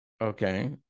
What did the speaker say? okay